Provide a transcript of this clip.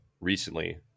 recently